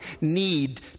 need